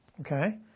Okay